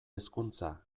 hezkuntza